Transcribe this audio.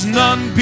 none